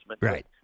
Right